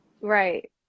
Right